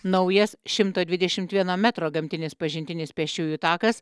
naujas šimto dvidešimt vieno metro gamtinis pažintinis pėsčiųjų takas